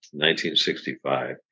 1965